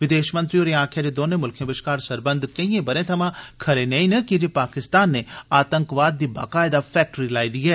विदेश मंत्री होरें आक्खेआ ऐ जे दौनें मुल्खें बश्कार सरबंध केइएं बरें थमां खरे नेई न कीजे पाकिस्तान नै आतंकवाद दी बाकायदा फैक्ट्री त्यार कीती दी ऐ